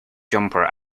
jumper